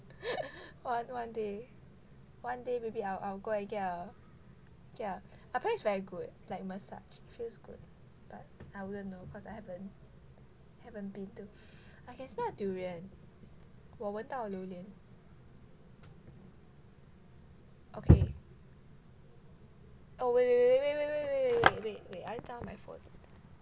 want one day one day maybe I'll I'll go and get a get a I find this very good like massage feels good but I wouldn't know cause I haven't haven't been too I can smell durian 我闻到榴莲 okay oh wait wait wait wait wait wait wait I my phone